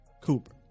Cooper